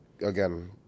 again